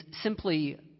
simply